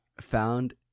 found